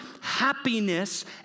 happiness